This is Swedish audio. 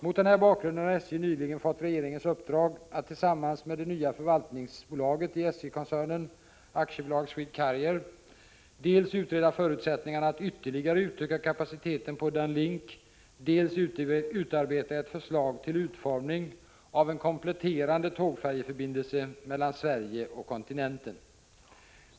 Mot den här bakgrunden har SJ nyligen fått regeringens uppdrag att tillsammans med det nya förvaltningsbolaget i SJ-koncernen, AB Swedcarrier, dels utreda förutsättningarna att ytterligare utöka kapaciteten på Dan Link, dels utarbeta ett förslag till utformning av en kompletterande tågfärjeförbindelse mellan Sverige och kontinenten.